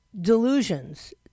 delusions